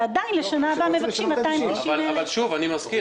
ועדיין לשנה הבאה מבקשים 290,000. אני שוב מזכיר